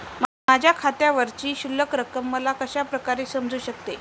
माझ्या खात्यावरची शिल्लक रक्कम मला कशा प्रकारे समजू शकते?